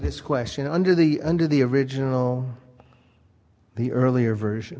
this question under the under the original the earlier version